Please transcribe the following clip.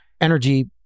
energy